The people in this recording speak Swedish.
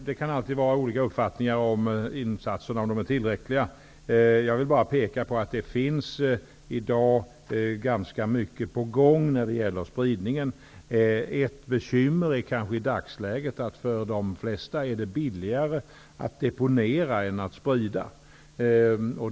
Herr talman! Olika uppfattningar om huruvida gjorda insatser är tillräckliga eller inte kan alltid förekomma. Jag vill bara peka på att ganska mycket i dag är på gång när det gäller spridningen. Ett bekymmer i dagsläget är kanske att det för de flesta är billigare att deponera än att sprida.